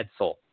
Edsel